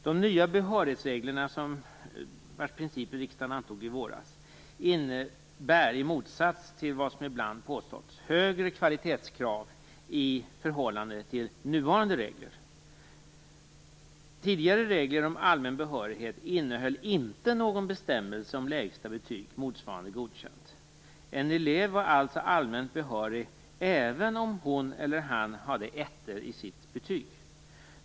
De nya behörighetsreglerna, vilkas principer riksdagen antog i våras, innebär, i motsats till vad som ibland påståtts, högre kvalitetskrav i förhållande till nuvarande regler. Tidigare regler om allmän behörighet innehöll inte någon bestämmelse om lägsta betyg, motsvarande godkänt. En elev var alltså allmänt behörig även om hon eller han hade ettor i sitt betyg.